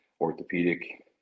orthopedic